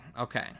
Okay